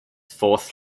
fourth